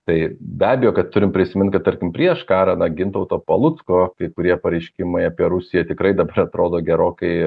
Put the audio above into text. tai be abejo kad turim prisiminti tarkim prieš karą gintauto palucko kai kurie pareiškimai apie rusiją tikrai dabar atrodo gerokai